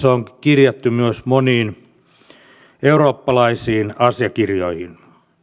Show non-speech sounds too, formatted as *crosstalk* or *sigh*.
*unintelligible* on kirjattu myös moniin eurooppalaisiin asiakirjoihin